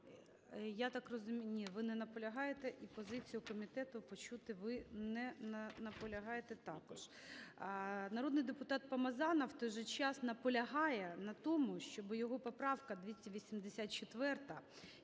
Я так розумію, ні, ви не наполягаєте і позицію комітету почути ви не наполягаєте також. Народний депутат Помазанов в той же час наполягає на тому, щоб його поправка 284,